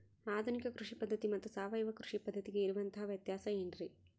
ಆಧುನಿಕ ಕೃಷಿ ಪದ್ಧತಿ ಮತ್ತು ಸಾವಯವ ಕೃಷಿ ಪದ್ಧತಿಗೆ ಇರುವಂತಂಹ ವ್ಯತ್ಯಾಸ ಏನ್ರಿ?